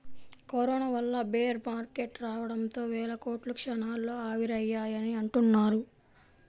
corona వల్ల bear market రావడంతో వేల కోట్లు క్షణాల్లో ఆవిరయ్యాయని అంటున్నారు